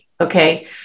Okay